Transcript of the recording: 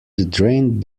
drained